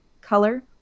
color